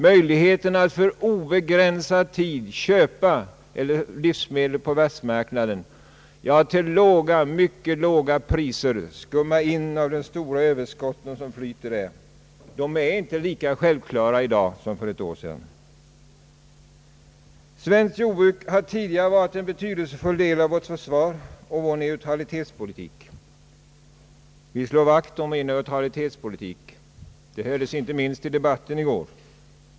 Möjligheterna att för obegränsad tid köpa livsmedel på världsmarknaden, ja att till låga, mycket låga priser skumma in av de stora överskott som flyter där, är inte lika självklara i dag som för ett år sedan. Svenskt jordbruk har tidigare varit en betydelsefull del av vårt försvar och vår neutralitetspolitik. Vi slår vakt om neutralitetspolitiken. Det hördes inte minst under debatten i går.